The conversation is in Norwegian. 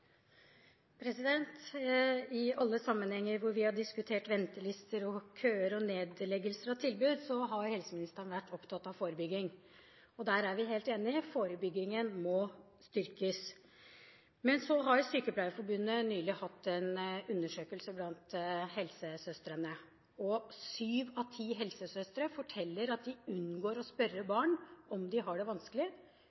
I alle sammenhenger hvor vi har diskutert ventelister, køer, nedleggelser og tilbud, har helseministeren vært opptatt av forebygging. Der er vi helt enige: Forebyggingen må styrkes! Men så har Sykepleierforbundet nylig hatt en undersøkelse blant helsesøstrene, og syv av ti helsesøstre forteller at de unngår å spørre